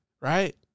right